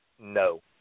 No